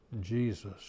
Jesus